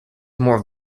more